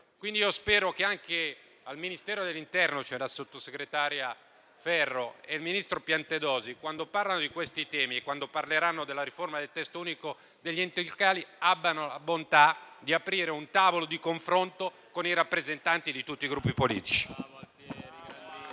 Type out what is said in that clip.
Quindi, spero che anche al Ministero dell'interno, la sottosegretaria Ferro e il ministro Piantedosi, quando parlano di questi temi e quando parleranno della riforma del Testo unico degli enti locali, abbiano la bontà di aprire un tavolo di confronto con i rappresentanti di tutti i Gruppi politici.